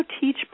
teach